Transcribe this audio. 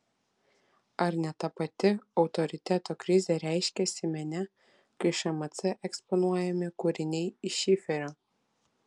ar ne ta pati autoriteto krizė reiškiasi mene kai šmc eksponuojami kūriniai iš šiferio